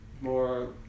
more